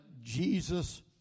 Jesus